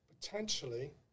potentially